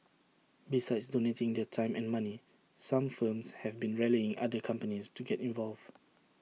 besides donating their time and money some firms have been rallying other companies to get involved